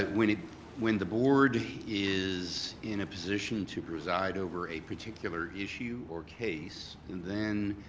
ah when ah when the board is in a position to preside over a particular issue or case, then,